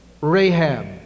Rahab